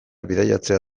bidaiatzea